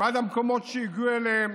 ועד המקומות שהגיעו אליהם,